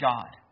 God